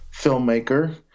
filmmaker